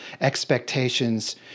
expectations